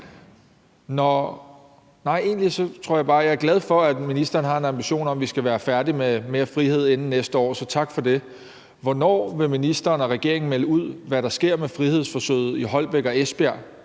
Egentlig tror jeg bare, jeg er glad for, at ministeren har en ambition om, at vi næste år skal være færdige med arbejdet med at give skolerne mere frihed, så tak for det. Hvornår vil ministeren og regeringen melde ud, hvad der sker med frihedsforsøget i Holbæk og Esbjerg?